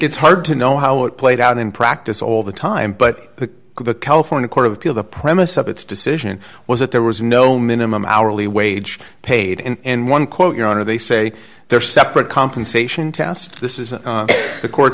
it's hard to know how it played out in practice all the time but the california court of appeal the premise of its decision was that there was no minimum hourly wage paid and one quote your honor they say their separate compensation test this is the court